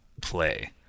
play